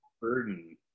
burden